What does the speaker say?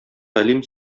галим